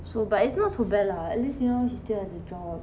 so but it's not so bad lah at least you know he still has a job